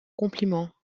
compliment